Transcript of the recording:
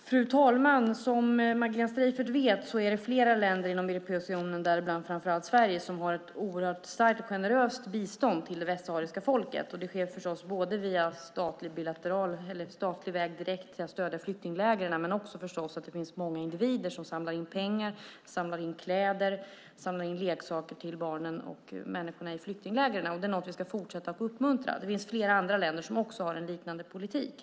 Fru talman! Som Magdalena Streiffert vet är det flera länder inom Europeiska unionen, däribland framför allt Sverige, som ger ett oerhört starkt och generöst bistånd till det västsahariska folket. Det sker förstås både via statligt direkt stöd till flyktinglägren och via många individer som samlar in pengar, kläder och leksaker till barnen och människorna i flyktinglägren. Det är någonting som vi ska fortsätta att uppmuntra. Det finns flera andra länder som har en liknande politik.